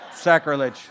Sacrilege